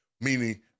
meaning